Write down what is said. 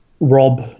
Rob